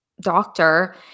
Doctor